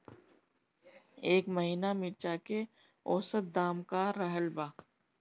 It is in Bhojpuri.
एह महीना मिर्चा के औसत दाम का रहल बा?